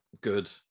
good